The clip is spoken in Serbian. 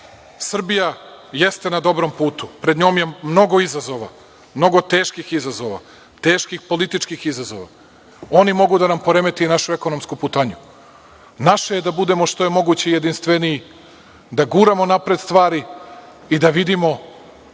jeste na dobrom putu. Pred njom je mnogo izazova, mnogo teških izazova, mnogo teških političkih izazova. Oni mogu da nam poremete našu ekonomsku putanju. Naše je da budemo što je moguće jedinstveniji, da guramo napred stvari i da vidimo